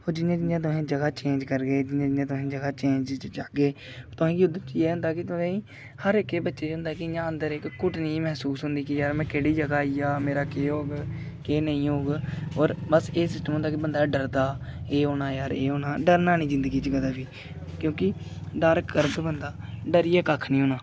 होर जि'यां जि'यां तुसें जगह् चेंज करगे जि'यां जि'यां तुसें जगह् चेंज च जाह्गे तुसें गी ओह्दे च एह् होंदा कि तुसें ई हर इक बच्चे गी एह् होंदा कि इ'यां अन्दर इक घूट्टन जेही मैह्सूस होंदी कि यार में केह्ड़ी जगह् आइया मेरा केह् होग केह् नेईं होग होर बस एह् सिस्टम होंदा कि बंदा डरदा एह् होना यार एह् होना डरना निं जिन्दगी च कदें बी क्योंकि डर करग बंदा डरियै कक्ख निं होना